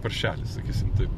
paršelis sakysim taip